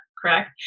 correct